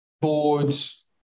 boards